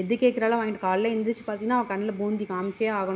எது கேட்குறாளோ வாங்கிட்டு காலையில் எழுந்திரிச்சி பார்த்தீங்கனா அவள் கண்ணில் பூந்தி காமித்தே ஆகணும்